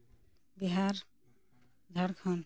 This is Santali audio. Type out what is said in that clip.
ᱵᱤᱦᱟᱨ ᱡᱷᱟᱲᱠᱷᱚᱸᱰ